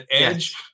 edge